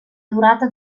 durata